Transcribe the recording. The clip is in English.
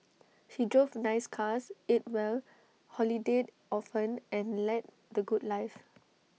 he drove nice cars ate well holidayed often and led the good life